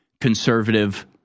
conservative